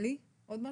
עלי, עוד משהו?